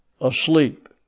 asleep